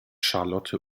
charlotte